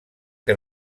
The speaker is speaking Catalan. que